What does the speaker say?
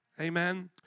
Amen